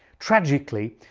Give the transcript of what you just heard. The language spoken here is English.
tragically,